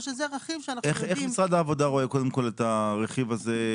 איך משרד העבודה רואה את הרכיב הזה?